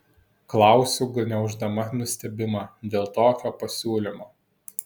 klausiu gniauždama nustebimą dėl tokio pasiūlymo